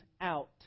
out